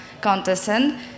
contestant